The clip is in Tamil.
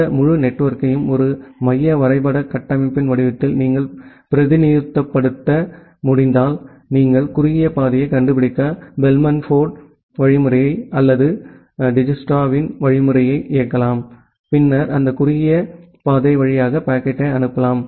இந்த முழு நெட்வொர்க்கையும் ஒரு மைய வரைபட கட்டமைப்பின் வடிவத்தில் நீங்கள் பிரதிநிதித்துவப்படுத்த முடிந்தால் நீங்கள் குறுகிய பாதையை கண்டுபிடிக்க பெல்மேன் ஃபோர்டு வழிமுறை அல்லது டிஜ்க்ஸ்ட்ராவின் வழிமுறையை இயக்கலாம் பின்னர் அந்த குறுகிய பாதை வழியாக பாக்கெட்டை அனுப்பலாம்